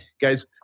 guys